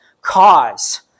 cause